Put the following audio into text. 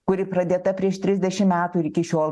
kuri pradėta prieš trisdešim metų ir iki šiol